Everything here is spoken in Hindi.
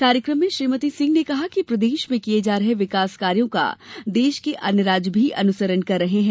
कार्यक्रम में श्रीमती सिंह ने कहा है कि प्रदेश में किए जा रहे विकास कार्यों का देश के अन्य राज्य भी अनुसरण कर रहे हैं